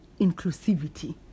inclusivity